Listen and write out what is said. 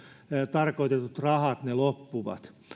tarkoitetut rahat loppuvat